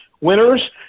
winners